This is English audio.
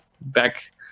back